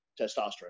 testosterone